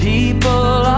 People